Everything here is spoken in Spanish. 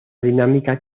dinámica